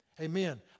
Amen